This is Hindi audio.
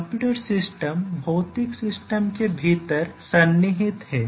कंप्यूटर सिस्टम भौतिक सिस्टम के भीतर सन्निहित है